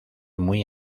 muy